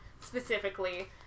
specifically